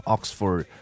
Oxford